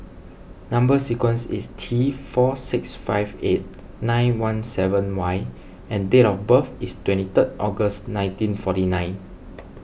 Number Sequence is T four six five eight nine one seven Y and date of birth is twenty third August nineteen forty nine